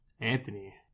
Anthony